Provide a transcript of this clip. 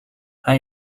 hij